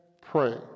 pray